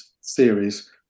series